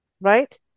right